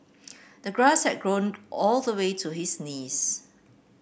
the grass had grown all the way to his knees